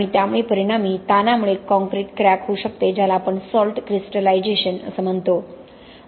आणि त्यामुळे परिणामी ताणामुळे काँक्रीट क्रॅक होऊ शकते ज्याला आपण सॉल्ट क्रिस्टलायझेशन असे म्हणतो